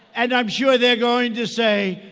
and i'm sure they're going to say,